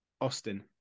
Austin